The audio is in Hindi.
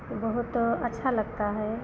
तो बहुत अच्छा लगता है